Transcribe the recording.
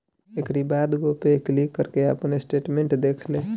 एकरी बाद गो पे क्लिक करके आपन स्टेटमेंट देख लें